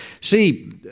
See